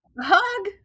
Hug